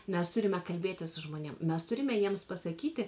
mes turime kalbėtis su žmonėm mes turime jiems pasakyti